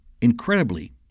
Incredibly